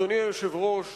אדוני היושב-ראש,